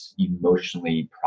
emotionally